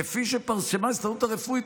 כפי שפרסמה ההסתדרות הרפואית.